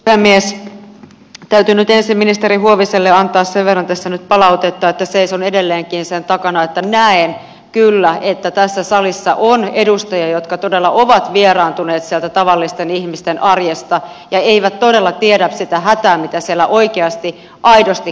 täytyy nyt ensin ministeri huoviselle antaa sen verran tässä palautetta että seison edelleenkin sen takana että näen kyllä että tässä salissa on edustajia jotka todella ovat vieraantuneet sieltä tavallisten ihmisten arjesta ja eivät todella tiedä sitä hätää mitä siellä oikeasti aidosti kärsitään